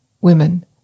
women